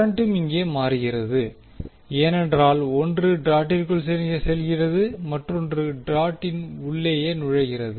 கரண்டும் இங்கே மாறுகிறது ஏனென்றால் ஒன்று டாட்டிற்குள் செல்கிறது மற்றொன்றும் டாட்டின் உள்ளேயே நுழைகிறது